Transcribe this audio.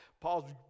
Paul's